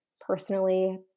personally